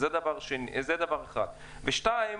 שנית,